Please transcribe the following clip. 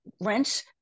rents